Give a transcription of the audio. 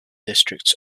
districts